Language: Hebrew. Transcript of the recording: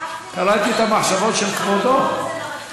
קראתי את המחשבות של כבודו?